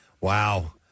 Wow